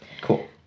Cool